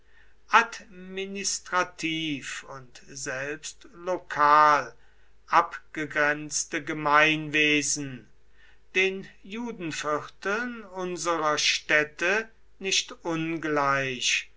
administrativ und selbst lokal abgegrenzte gemeinwesen den judenvierteln unserer städte nicht ungleich